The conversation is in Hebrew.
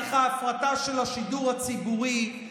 תהליך ההפרטה של השידור הציבורי,